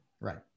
Right